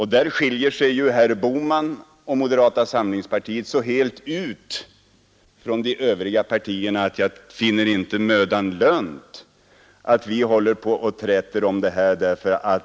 Här skiljer sig ju herr Bohman och moderata samlingspartiet så helt ut från de övriga partierna att jag inte finner det mödan lönt att vi håller på och träter om det.